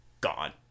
gone